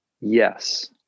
yes